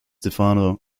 stefano